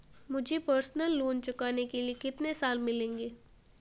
मुझे personal loan चुकाने के लिए कितने साल मिलेंगे?